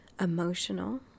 emotional